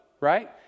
right